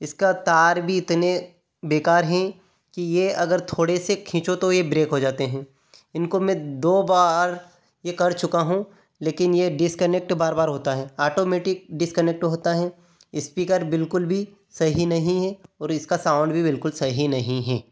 इसका तार भी इतने बेकार है कि ये अगर थोड़े से खींचो तो ये ब्रेक हो जाते हैं इनको मैं दो बार ये कर चुका हूँ लेकिन ये डिसकनेक्ट बार बार होता है आटोमेटिक डिसकनेक्ट होता है स्पीकर बिल्कुल भी सही नहीं है और इसका साउंड भी बिल्कुल सही नहीं है